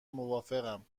موافقم